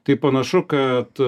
tai panašu kad